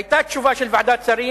היתה תשובה של ועדת שרים,